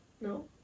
no